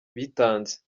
bitanze